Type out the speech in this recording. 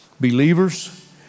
believers